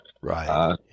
Right